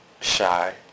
shy